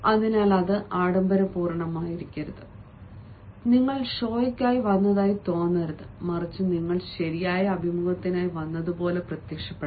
അതിനാൽ അത് ആഡംബരപൂർണ്ണമാകരുത് നിങ്ങൾ ഷോയ്ക്കായി വന്നതായി തോന്നരുത് മറിച്ച് നിങ്ങൾ ശരിയായ അഭിമുഖത്തിനായി വന്നതുപോലെ പ്രത്യക്ഷപ്പെട്ടു